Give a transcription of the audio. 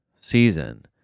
season